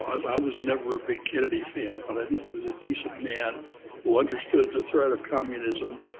i was never a big kennedy fan, but i think he was a decent man who understood the threat of communism.